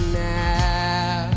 now